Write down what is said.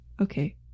okay